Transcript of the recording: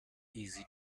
easy